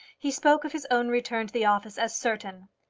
he spoke of his own return to the office as certain.